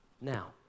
now